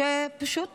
שפשוט